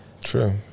True